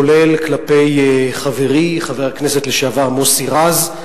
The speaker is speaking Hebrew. כולל כלפי חברי חבר הכנסת לשעבר מוסי רז.